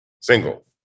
Single